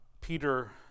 Peter